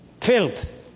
filth